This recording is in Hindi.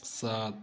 सात